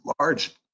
large